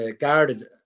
guarded